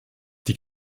die